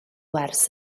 wers